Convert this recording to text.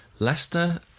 Leicester